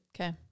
okay